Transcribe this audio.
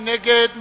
מי נגד?